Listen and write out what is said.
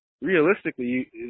realistically